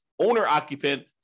owner-occupant